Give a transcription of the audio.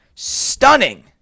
Stunning